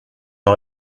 pas